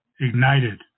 ignited